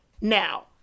Now